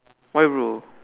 why bro